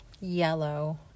yellow